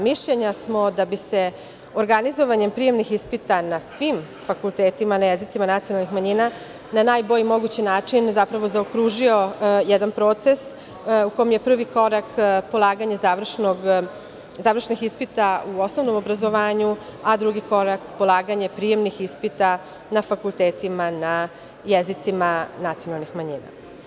Mišljenja smo da bi se organizovanjem prijemnih ispita na svim fakultetima, na jezicima nacionalnih manjina, na najbolji mogući način, zapravo zaokružio jedan proces u kom je prvi korak polaganje završnih ispita u osnovnom obrazovanju, a drugi korak polaganje prijemnih ispita na fakultetima na jezicima nacionalnih manjina.